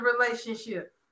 relationship